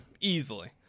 Easily